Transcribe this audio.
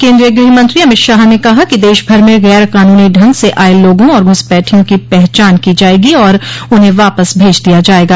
केन्द्रीय गृहमंत्री अमित शाह ने कहा कि देशभर में गैर कानूनी ढंग से आये लोगों और घुसपैठियों की पहचान की जायेगी और उन्हें वापस भेज दिया जायेगा